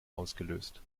ausgelöst